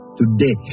today